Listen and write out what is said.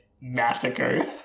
massacre